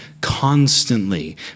constantly